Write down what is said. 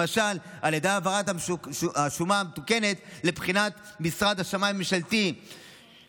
למשל על ידי העברת השומה המתוקנת לבחינת משרד השמאי הממשלתי הראשי,